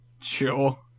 Sure